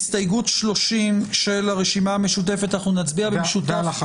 ההסתייגות 30 לסעיף 11 של הרשימה המשותפת אנחנו נצביע